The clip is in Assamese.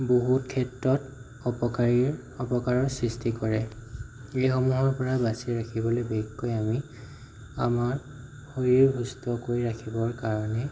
বহু ক্ষেত্ৰত অপকাৰীৰ অপকাৰৰ সৃষ্টি কৰে এই সমূহৰ পৰা বাচি ৰাখিবলৈ বিশেষকৈ আমি আমাৰ শৰীৰ ব্যস্ত কৰি ৰাখিবৰ কাৰণে